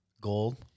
gold